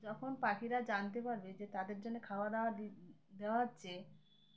যখন পাখিরা জানতে পারবে যে তাদের জন্য খাওয়া দাওয়া দেওয়া হচ্ছে